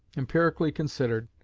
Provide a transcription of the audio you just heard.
empirically considered,